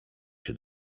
się